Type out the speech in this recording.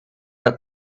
out